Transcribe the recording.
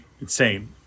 insane